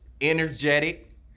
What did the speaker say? energetic